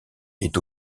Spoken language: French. est